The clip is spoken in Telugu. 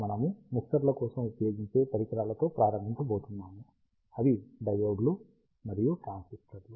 మనము మిక్సర్ల కోసం ఉపయోగించే పరికరాలతో ప్రారంభించబోతున్నాము అవి డయోడ్లు మరియు ట్రాన్సిస్టర్లు